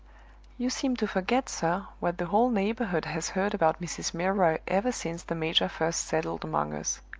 you seem to forget, sir, what the whole neighborhood has heard about mrs. milroy ever since the major first settled among us.